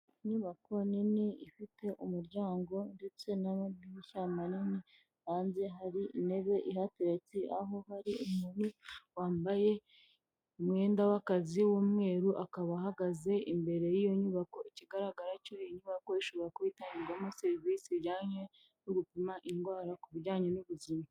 Inyubako nini ifite umuryango ndetse n'amadirishya manini, hanze hari intebe ihateretse, aho hari umu wambaye umwenda w'akazi w'umweru akaba ahagaze imbere y'iyo nyubako, ikigaragara inyubako ishobora kuba itangirwamo serivisi zijyanye no gupima indwara ku bijyanye n'ubuzima.